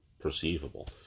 perceivable